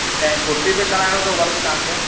कंहिं कुर्ती ते कराइणो अथव वर्क तव्हांखे